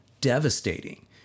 devastating